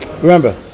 Remember